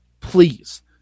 please